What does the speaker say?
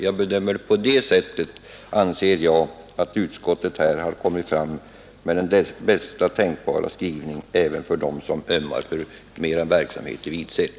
Jag anser då att utskottet här har kommit fram med den bästa tänkbara skrivningen även för dem som ömmar för en utökad verksamhet i Vidsel.